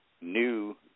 new